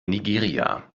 nigeria